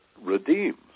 redeems